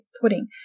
pudding